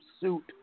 suit